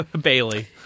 Bailey